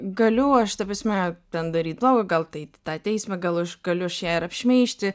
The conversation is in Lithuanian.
galiu aš ta prasme ten daryt bloga gal tai eit į tą teismą gal aš galiu aš ją ir apšmeižti